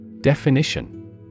Definition